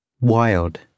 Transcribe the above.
Wild